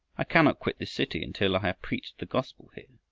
i cannot quit this city until i have preached the gospel here.